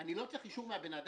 אני לא צריך את האישור של האדם,